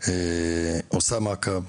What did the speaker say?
עושה מעקב.